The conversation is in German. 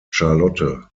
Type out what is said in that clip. charlotte